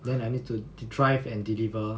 then I need to dr~ drive and deliver